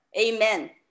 amen